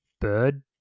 bird